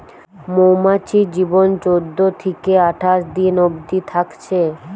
মৌমাছির জীবন চোদ্দ থিকে আঠাশ দিন অবদি থাকছে